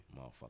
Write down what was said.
motherfucker